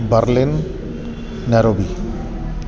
Berlin Nairobi